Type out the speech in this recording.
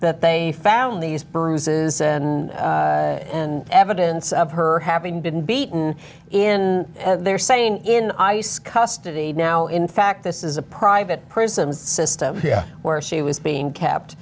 that they found these bruises and evidence of her having been beaten in they're saying in ice custody now in fact this is a private prison system where she was being kept